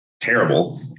terrible